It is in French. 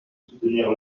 soutenir